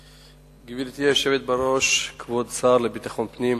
גברתי היושבת בראש, כבוד השר לביטחון פנים,